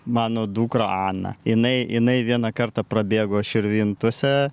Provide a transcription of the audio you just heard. mano dukra ana jinai jinai vieną kartą prabėgo širvintose